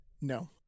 No